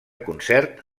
concert